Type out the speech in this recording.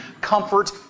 comfort